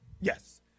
Yes